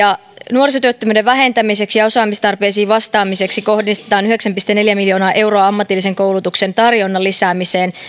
nuorisotyöttömyyden vähentämiseksi ja osaamistarpeisiin vastaamiseksi kohdistetaan yhdeksän pilkku neljä miljoonaa euroa ammatillisen koulutuksen tarjonnan lisäämiseen